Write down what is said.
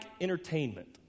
entertainment